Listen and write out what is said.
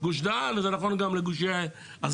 גוש דן, וזה נכון גם לגושי הסביבה,